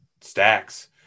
stacks